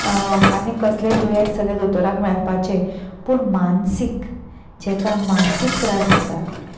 आनीक कसलेय दुयेंस जाल्यार दोतोराक मेळपाचे पूण मानसीक जेका मानसीक त्रास आसात